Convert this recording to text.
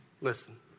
listen